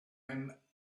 him